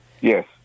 yes